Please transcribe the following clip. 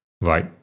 right